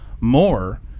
more